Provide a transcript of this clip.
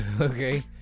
okay